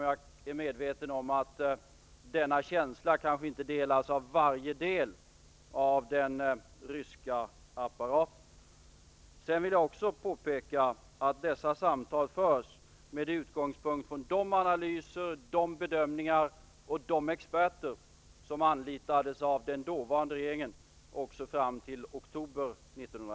Jag är medveten om att denna känsla kanske inte delas av varje del av den ryska apparaten. Sedan vill jag påpeka att dessa samtal förs med utgångspunkt i de analyser och de bedömningar som gjordes och de experter som anlitades av den dåvarande regeringen, som satt fram till oktober